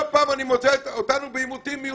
פעם אני מוצא אותנו בעימותים מיותרים.